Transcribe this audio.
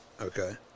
Okay